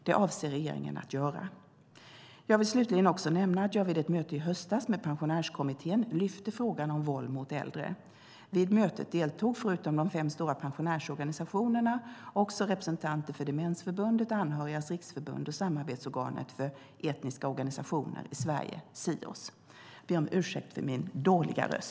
Det avser regeringen att göra. Jag vill slutligen nämna att jag vid ett möte i höstas med Pensionärskommittén lyfte fram frågan om våld mot äldre. Vid mötet deltog förutom de fem stora pensionärsorganisationerna representanter för Demensförbundet, Anhörigas Riksförbund och Samarbetsorgan för etniska organisationer i Sverige, Sios.